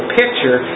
picture